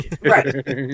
right